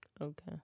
Okay